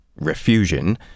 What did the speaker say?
refusion